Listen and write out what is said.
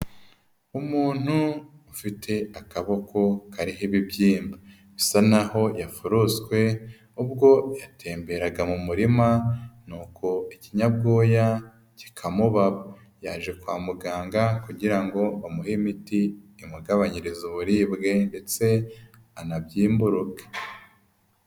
Umuntu ufite akaboko kariho ibibyimba, bisa n'aho yaforoswe ubwo yatemberaga mu murima nuko ikinyabwoya kikamubaba, yaje kwa muganga kugira ngo bamuhe imiti imugabanyirize uburibwe ndetse anabyimburuke.